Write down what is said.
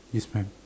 yes maam